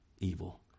evil